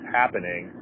happening